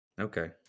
Okay